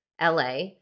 LA